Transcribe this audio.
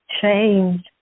change